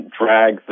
drag